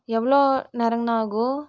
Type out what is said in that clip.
எவ்வளோ நேரங்கண்ணா ஆகும்